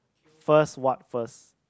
first what first